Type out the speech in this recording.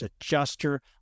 adjuster